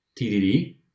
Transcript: TDD